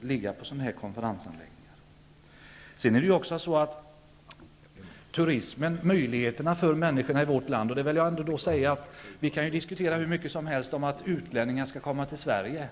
medlemmar på konferensanläggningar. Vi kan diskutera hur mycket som helst om att utlänningar skall komma till Sverige.